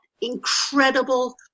incredible